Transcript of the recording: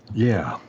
yeah,